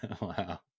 Wow